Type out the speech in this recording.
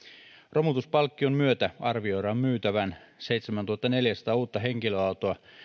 romutuspalkkion myötä arvioidaan myytävän seitsemäntuhattaneljäsataa uutta henkilöautoa